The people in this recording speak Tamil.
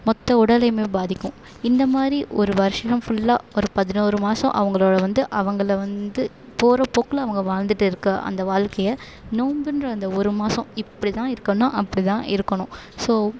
மொத்த உடலேயுமே பாதிக்கும் இந்த மாதிரி ஒரு வருடம் ஃபுல்லாக ஒரு பதினோரு மாதம் அவங்களோட வந்து அவங்களை வந்து போகிற போக்கில் அவங்க வாழ்ந்துட்டு இருக்கற அந்த வாழ்க்கைய நோன்புன்ற அந்த ஒரு மாதம் இப்படி தான் இருக்கணும் அப்படி தான் இருக்கணும் ஸோ